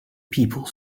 people